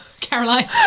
Caroline